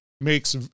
makes